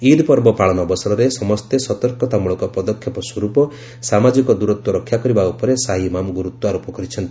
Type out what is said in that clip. ଇଦ୍ ପର୍ବ ପାଳନ ଅବସରରେ ସମସ୍ତେ ସତର୍କତାମୂଳକ ପଦକ୍ଷେପ ସ୍ୱରୂପ ସାମାଜିକ ଦୂରତ୍ୱ ରକ୍ଷା କରିବା ଉପରେ ସାହି ଇମାମ୍ ଗୁରୁଡ୍ୱାରୋପ କରିଛନ୍ତି